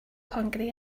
hungry